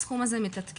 הסכום הזה מתעדכן.